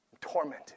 tormented